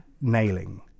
nailing